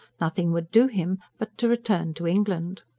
nothing would do him but to return to england.